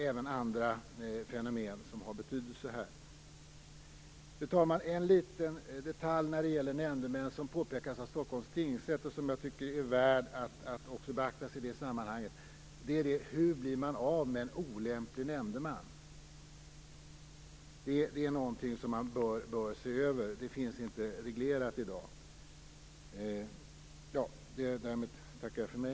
Även andra fenomen har betydelse här. Fru talman! En liten detalj när det gäller nämndemännen, vilken Stockholms tingsrätt pekat på och som jag tycker är värd att beaktas i det här sammanhanget, nämligen frågan: Hur blir man av med en olämplig nämndeman? Detta bör ses över. Det finns nämligen inte reglerat i dag.